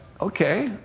okay